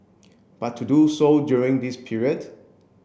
but to do so during this period